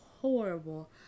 horrible